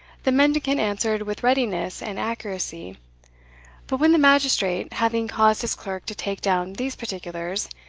the mendicant answered with readiness and accuracy but when the magistrate, having caused his clerk to take down these particulars,